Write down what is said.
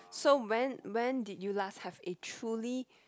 so when when did you last have a truly